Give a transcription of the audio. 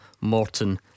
Morton